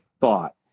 thought